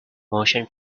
motion